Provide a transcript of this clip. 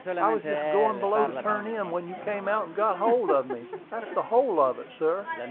i was just going below to turn in when you came out and got hold of me. that's the whole of it, sir.